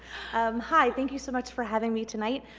um hi thank you so much for having me tonight.